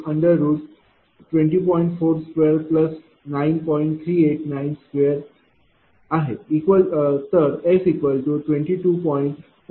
457 kVAphase आहे